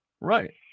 Right